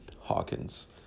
Hawkins